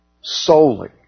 solely